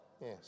Yes